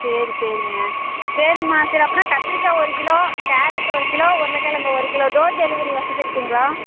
சரி சரிங்க சரிங்மா சரி அப்போன்னா கத்திரிக்காய் ஒரு கிலோ கேரட் ஒரு கிலோ உருளைக்கிழங்கு ஒரு கிலோ டோர் டெலிவரி வசதி இருக்குங்களா